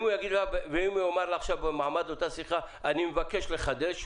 ואם הוא יאמר לך במעמד אותה שיחה: אני מבקש לחדש?